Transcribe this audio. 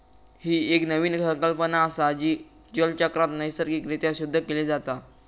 ही एक नवीन संकल्पना असा, जी जलचक्रात नैसर्गिक रित्या शुद्ध केली जाता